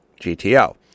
GTO